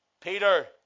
Peter